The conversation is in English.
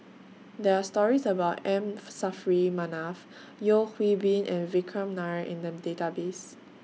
There Are stories about M Saffri Manaf Yeo Hwee Bin and Vikram Nair in The Database